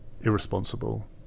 irresponsible